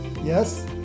Yes